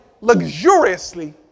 luxuriously